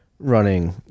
Running